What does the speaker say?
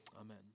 amen